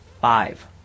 Five